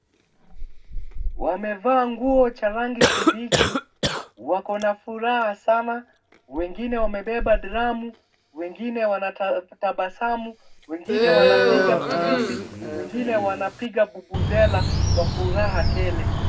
Wamevaa nguo cha rangi kibichi. Wako na furaha sana. wengine wamebeba dramu, wengine wanatabasamu, wengine wanapiga firimbi, wengine wanapiga vuvuzla kwa furaha tele.